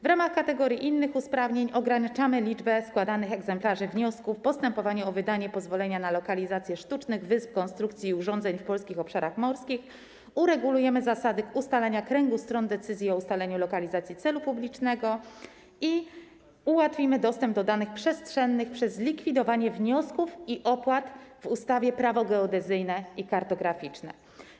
W ramach kategorii innych usprawnień ograniczamy liczbę składanych egzemplarzy wniosków w postępowaniu o wydanie pozwolenia na lokalizację sztucznych wysp, konstrukcji i urządzeń w polskich obszarach morskich, regulujemy zasady ustalania kręgu stron decyzji o ustaleniu lokalizacji celu publicznego i ułatwiamy dostęp do danych przestrzennych przez likwidowanie wniosków i opłat w ustawie Prawo geodezyjne i kartograficzne.